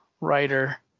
writer